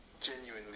genuinely